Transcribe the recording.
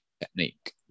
technique